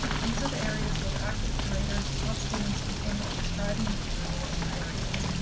these are the areas with active curators constantly seeking and describing materials in their areas.